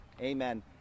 Amen